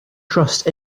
trust